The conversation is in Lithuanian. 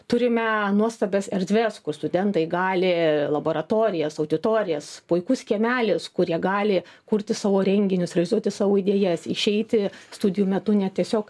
turime nuostabias erdves kur studentai gali laboratorijas auditorijas puikus kiemelis kur jie gali kurti savo renginius realizuoti savo idėjas išeiti studijų metu net tiesiog